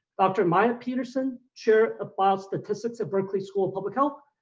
dr. maya petersen, chair of biostatistics at berkeley school of public health.